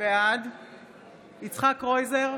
בעד יצחק קרויזר,